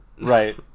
Right